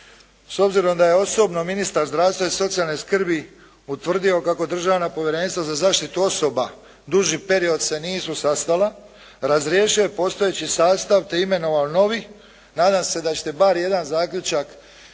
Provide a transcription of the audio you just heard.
s obzirom da je osobno ministar zdravstva i socijalne skrbi utvrdio kako državna povjerenstva za zaštitu osoba duži period se nisu sastala, razriješio je postojeći sastav te imenovao novi, nadam se da ćete bar jedan zaključak od